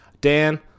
Dan